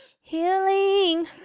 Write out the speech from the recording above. Healing